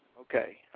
Okay